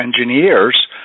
engineers